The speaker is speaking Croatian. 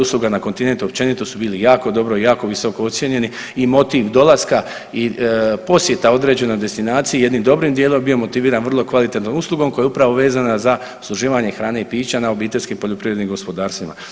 Usluga na kontinentu općenito su bili jako dobro i jako visoko ocijenjeni i motiv dolaska i posjeta određenoj destinaciji jednim dobrim dijelom je bio motiviran vrlo kvalitetnom uslugom koja je upravo vezana za usluživanje hrane i pića na obiteljskim poljoprivrednim gospodarstvima.